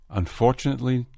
unfortunately